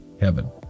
heaven